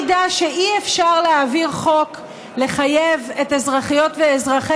להעביר חוק לחייב את אזרחיות ואזרחי